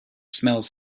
smells